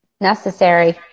Necessary